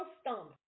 stomach